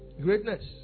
Greatness